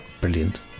Brilliant